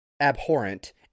abhorrent